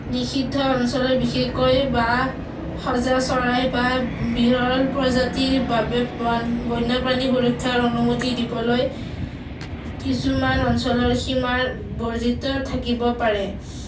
নিষিদ্ধ অঞ্চলৰ বিশেষকৈ বা সজা চৰাই বা বিৰল প্ৰজাতিৰ বাবে প্ৰাণ বন্যপাণী সুৰক্ষাৰ অনুমতি দিবলৈ কিছুমান অঞ্চলৰ সীমাৰ বৰ্জিত থাকিব পাৰে